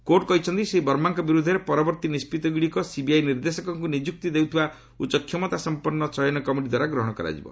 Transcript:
court କହିଛନ୍ତି ଶ୍ରୀ ବର୍ମାଙ୍କ ବିରୁଦ୍ଧରେ ପରବର୍ତ୍ତୀ ନିଷ୍କଭିଗୁଡ଼ିକ ସିବିଆଇ ନିର୍ଦ୍ଦେଶକଙ୍କୁ ନିଯୁକ୍ତି ଦେଉଥିବା ଉଚ୍ଚକ୍ଷମତାସମ୍ପନ୍ନ ଚୟନ କମିଟି ଦ୍ୱାରା ଗ୍ରହଣ କରାଯିବ